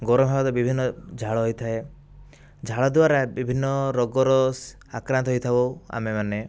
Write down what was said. ଗରମ ହେବା ଦ୍ୱାରା ବିଭିନ୍ନ ଝାଳ ହୋଇଥାଏ ଝାଳ ଦ୍ୱାରା ବିଭିନ୍ନ ରୋଗର ଆକ୍ରାନ୍ତ ହୋଇଥାଉ ଆମେମାନେ